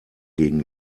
gegen